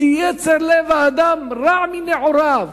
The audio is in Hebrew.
"כי יצר לב האדם רע מנעוריו".